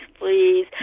please